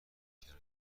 کردن